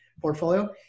portfolio